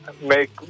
make